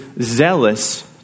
zealous